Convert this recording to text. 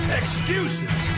excuses